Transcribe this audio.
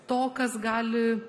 to kas gali